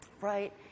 right